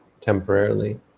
temporarily